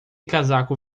casaco